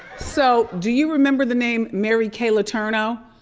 so do you remember the name mary kay letourneau?